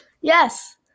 Yes